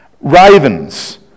ravens